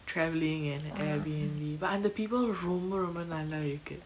travelling and airbnb but and the people ரொம்ப ரொம்ப நல்லா இருக்கு:romba romba nalla iruku